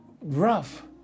rough